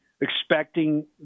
expecting